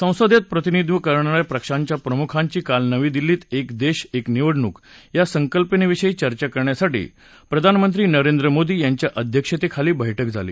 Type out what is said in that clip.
संसदेत प्रतिनिधित्व करणाऱ्या पशांच्या प्रमुखांची काल नवी दिल्लीत एक देश एक निवडणूक या संकल्पनेविषयी चर्चा करण्यासाठी प्रधानमंत्री नरेंद्र मोदी यांच्या अध्यक्षतेखाली बैठक झाली